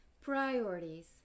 priorities